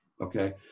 Okay